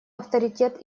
авторитет